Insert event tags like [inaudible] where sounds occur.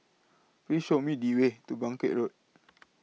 Please Show Me The Way to Bangkit Road [noise]